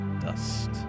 dust